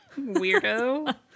weirdo